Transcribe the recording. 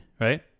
right